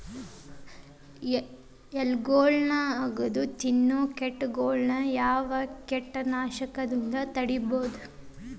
ಎಲಿಗೊಳ್ನ ಅಗದು ತಿನ್ನೋ ಕೇಟಗೊಳ್ನ ಯಾವ ಕೇಟನಾಶಕದಿಂದ ತಡಿಬೋದ್ ರಿ?